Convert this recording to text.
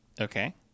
Okay